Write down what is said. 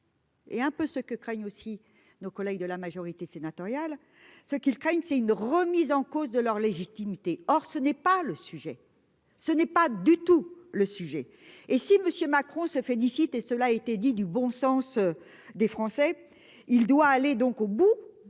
Et un peu ce que craignent aussi nos collègues de la majorité sénatoriale ce qu'ils craignent c'est une remise en cause de leur légitimité. Or ce n'est pas le sujet. Ce n'est pas du tout le sujet. Et si monsieur Macron se félicite et cela a été dit du bon sens des Français. Il doit aller donc au bout